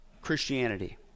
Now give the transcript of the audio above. Christianity